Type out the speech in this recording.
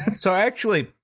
so actually,